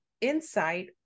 insight